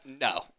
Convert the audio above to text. No